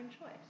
choice